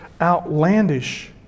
outlandish